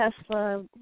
Tesla